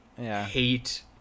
hate